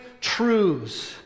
truths